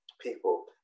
people